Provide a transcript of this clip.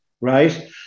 Right